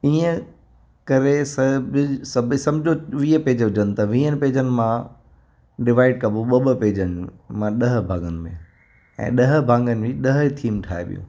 ईअं करे सभु सभु समिझो वीह पेज हुजनि त वीहनि पेजनि मां डिवाईड कॿो ॿ ॿ पेजनि मां ॾह भाङनि में ऐं ॾह भाङनि जूं ॾह ई थीम ठाहिबियूं